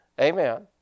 Amen